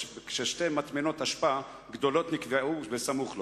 ושתי מטמנות אשפה גדולות נקבעו סמוך לו,